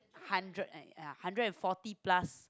hundred like ya hundred and forty plus